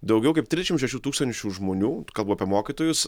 daugiau kaip trisdešimt šešių tūkstančių žmonių kalbu apie mokytojus